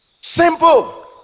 Simple